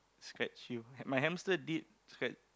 scratch you my hamster did scratch